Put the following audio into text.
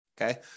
okay